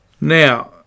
Now